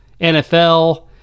NFL